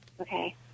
Okay